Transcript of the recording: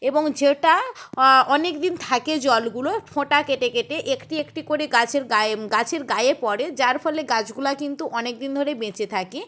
এবং যেটা অনেক দিন থাকে জলগুলো ফোঁটা কেটে কেটে একটি একটি করে গাছের গায়ে গাছের গায়ে পড়ে যার ফলে গাছগুলো কিন্তু অনেক দিন ধরে বেঁচে থাকে